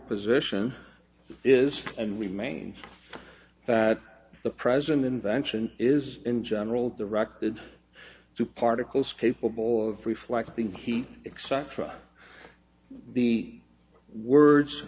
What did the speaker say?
position is and remains that the present invention is in general directed to particles capable of reflecting heat except for the words